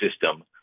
system